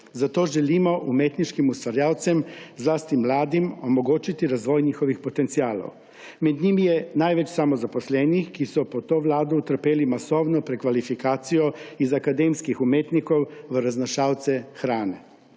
zato želimo umetniškim ustvarjalcem, zlasti mladim omogočiti razvoj njihovih potencialov. Med njimi je največ samozaposlenih, ki so pod to vlado utrpeli masovno prekvalifikacijo iz akademskih umetnikov v raznašalce hrane.